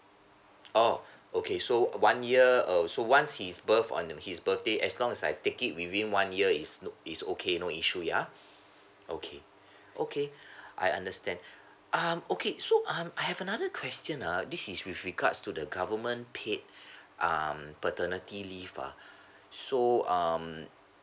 orh okay so one year uh so once his birth on his birthday as long as I take it within one year is no is okay no issue yeah okay okay I understand um okay so um I have another question uh this is with regards to the government paid um paternity leave ah so um